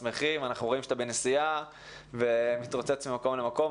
אנחנו רואים שאתה בנסיעה ומתרוצץ ממקום למקום,